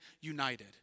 united